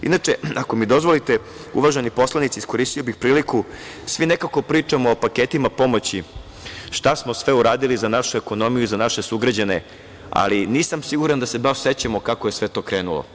Inače, ako mi dozvolite, uvaženi poslanici, iskoristio bih priliku, svi nekako pričamo o paketima pomoći šta smo sve uradili za našu ekonomiju i za naše sugrađane, ali nisam siguran da se baš sećamo kako je sve to krenulo.